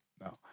no